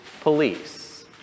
police